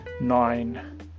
nine